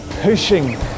pushing